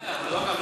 לא, זה לא כחלון.